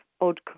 odd